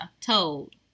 told